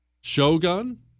Shogun